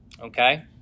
Okay